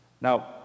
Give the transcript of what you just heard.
Now